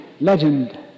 legend